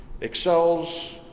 excels